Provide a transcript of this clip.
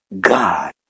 God